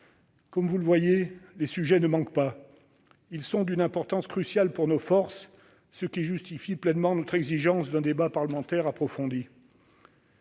%? Vous le voyez, les sujets ne manquent pas ; ils sont d'une importance cruciale pour nos forces, ce qui justifie pleinement notre exigence d'un débat parlementaire approfondi.